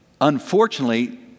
unfortunately